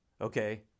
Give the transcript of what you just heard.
okay